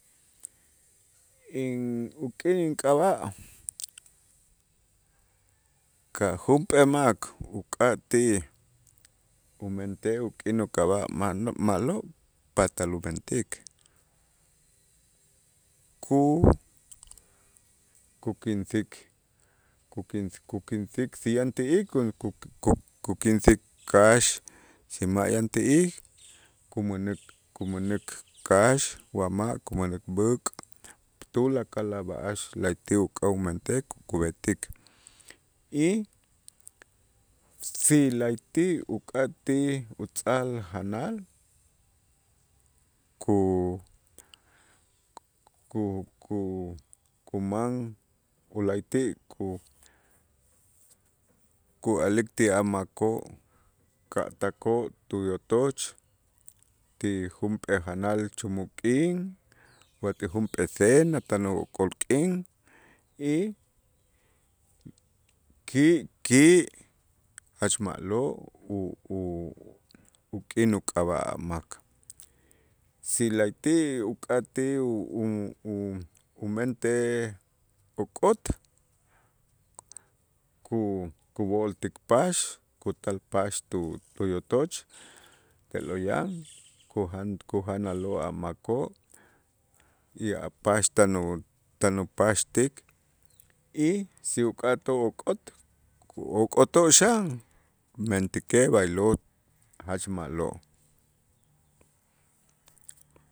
In uk'in ink'ab'a' ka' junp'ee mak uk'atij umentej uk'in uk'ab'a' ma'-ma'lo' patal umentik ku- kukinsik kukin kukinsik si yanti'ij ku- ku- ku- kukinsik kax si ma'an ti'ij, kumänäk kumänäk kax wa ma' kumänäk b'äk', tulakal a' b'a'ax la'ayti' uka'aj umentej ku- kub'etik y si la'ayti' uk'atij utzal janal ku- ku- ku- kuman u la'ati' ku- ku'a'lik ti a' makoo' ka' takoo' tuyotoch ti junp'ee janal chumuk k'in wa ti junp'ee cena, tan okol k'in y ki' ki' jach ma'lo' u- u- uk'in uk'ab'a' mak, si la'ayti' uk'atij u- u- u- umentej ok'ot ku- kub'ol ti pax kutal pax tu- tuyotoch te'lo' yan kujan kujanaloo' a' makoo' y a' pax tan u- tan upaxtik y si uk'atoo' ok'ot ku'ok'otoo' xan, mentäkej b'aylo' jach ma'lo'.